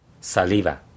Saliva